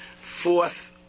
fourth